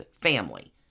family